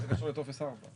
מה זה קשור לטופס 4?